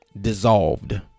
Dissolved